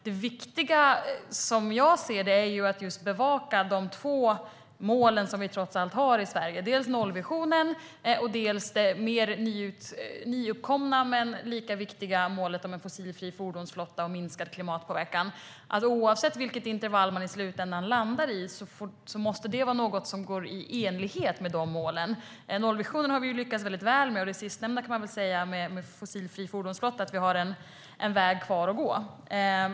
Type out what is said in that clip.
Det viktiga, som jag ser det, är att bevaka de två målen som vi trots allt har i Sverige, dels nollvisionen, dels det nyuppkomna men lika viktiga målet om en fossilfri fordonsflotta och minskad klimatpåverkan. Oavsett vilket intervall man i slutändan landar i måste det vara något som är i enlighet med de målen. Nollvisionen har vi lyckats väldigt väl med. När det gäller det sistnämnda, en fossilfri fordonsflotta, har vi en väg kvar att gå.